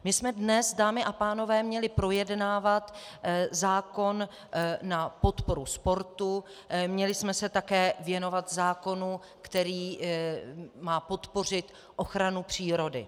My jsme dnes, dámy a pánové, měli projednávat zákon na podporu sportu, měli jsme se také věnovat zákonu, který má podpořit ochranu přírody.